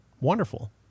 wonderful